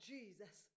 Jesus